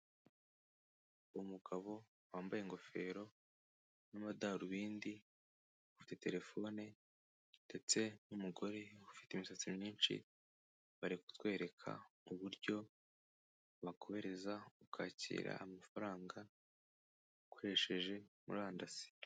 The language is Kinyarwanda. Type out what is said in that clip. Umugabo wambaye ingofero n'amadarubindi, ufite telefone ndetse n'umugore ufite imisatsi myinshi, bari kutwereka uburyo wakohereza, ukakira amafaranga, ukoresheje murandasi.